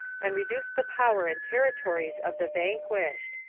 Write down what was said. and reduced the power and territories of the vanquished.